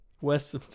West